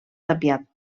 tapiat